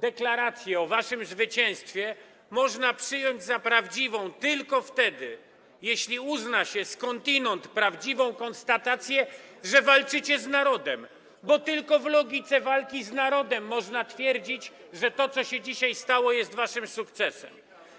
deklarację o waszym zwycięstwie można przyjąć za prawdziwą tylko wtedy, jeśli uzna się skądinąd prawdziwą konstatację, że walczycie z narodem, bo tylko w logice walki z narodem można twierdzić, że to, co się dzisiaj stało, jest waszym sukcesem.